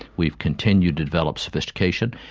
we've continued to develop sophistication.